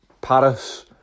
Paris